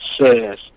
says